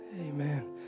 Amen